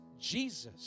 Jesus